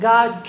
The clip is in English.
God